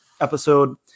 episode